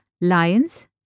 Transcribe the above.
lions